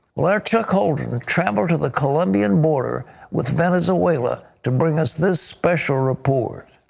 like chuck colton traveled to the columbia and border with venezuela to bring us this special report.